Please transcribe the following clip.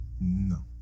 No